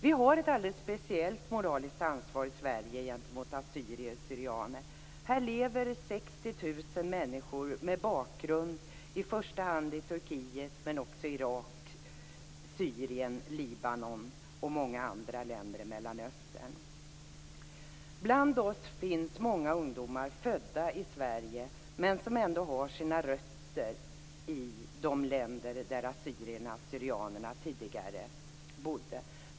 Vi har ett alldeles speciellt moraliskt ansvar i Sverige gentemot assyrier syrianerna tidigare bodde.